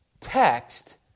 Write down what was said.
text